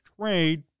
trade